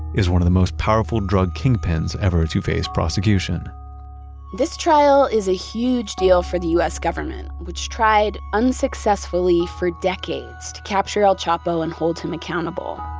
is one of the most powerful drug kingpins ever to face prosecution this trial is a huge deal for the u s. government, which tried unsuccessfully for decades to capture el chapo and hold him accountable.